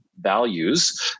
values